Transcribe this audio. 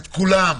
את כולם.